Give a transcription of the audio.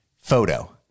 photo